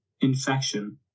infection